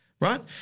right